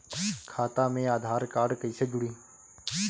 खाता मे आधार कार्ड कईसे जुड़ि?